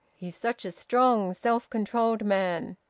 he's such a strong self-controlled man.